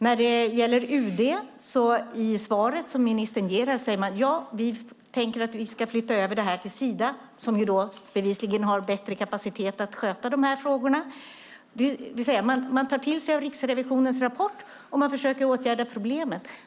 När det gäller UD sade ministern i det svar hon gav här: Vi tänker flytta över det här till Sida, som bevisligen har bättre kapacitet att sköta de här frågorna. Man tar alltså till sig av Riksrevisionens rapport, och man försöker åtgärda problemet.